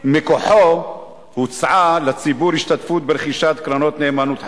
שמכוחו הוצעה לציבור השתתפות ברכישת קרנות נאמנות חדשות.